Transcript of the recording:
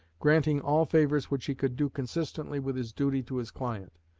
granting all favors which he could do consistently with his duty to his client,